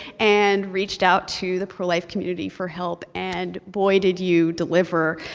and reached out to the pro-life community for help. and boy, did you deliver.